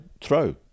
throw